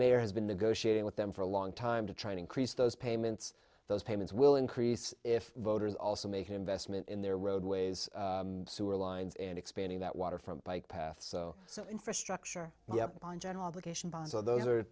mayor has been negotiating with them for a long time to try to increase those payments those payments will increase if voters also make an investment in their roadways sewer lines and expanding that waterfront bike paths so infrastructure on general education so those are